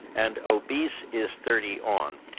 and obese is thirty on.